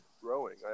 growing